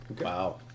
Wow